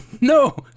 no